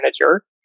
manager